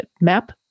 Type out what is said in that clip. map